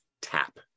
tap